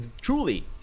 truly